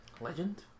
Legend